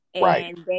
Right